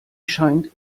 scheint